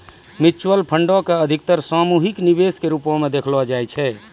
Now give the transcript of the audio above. mutual फंडो के अधिकतर सामूहिक निवेश के रुपो मे देखलो जाय छै